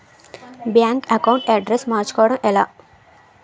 Bank account address మార్చుకోవడం ఎలా?